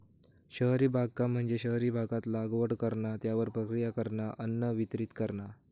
शहरी बागकाम म्हणजे शहरी भागात लागवड करणा, त्यावर प्रक्रिया करणा, अन्न वितरीत करणा